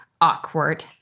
awkward